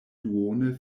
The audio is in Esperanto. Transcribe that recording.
duone